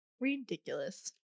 Ridiculous